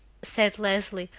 said leslie,